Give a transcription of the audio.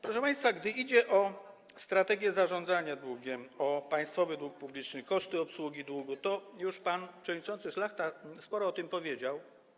Proszę państwa, gdy idzie o strategię zarządzania długiem, o państwowy dług publiczny, koszty obsługi długu, to już pan przewodniczący Szlachta sporo o tym powiedział.